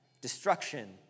Destruction